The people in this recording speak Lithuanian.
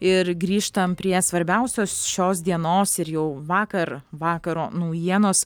ir grįžtam prie svarbiausios šios dienos ir jau vakar vakaro naujienos